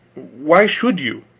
why should you?